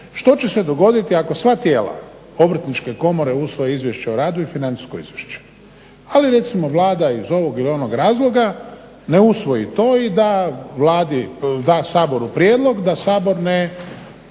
Što će se dogoditi ako sva tijela Obrtničke komore usvoje izvješće o radu i financijsko izvješće? Ali recimo Vlada iz ovog ili onog razloga ne usvoji to i da Vladi, da Saboru prijedlog da Sabor ne